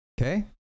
Okay